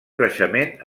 creixement